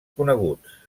coneguts